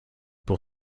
pour